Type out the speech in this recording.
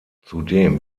zudem